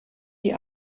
die